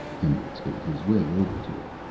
hendricks made his way over to it.